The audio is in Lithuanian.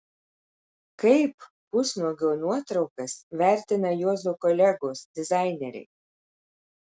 kaip pusnuogio nuotraukas vertina juozo kolegos dizaineriai